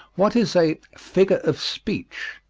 what is a figure of speech?